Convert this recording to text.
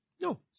No